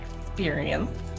experience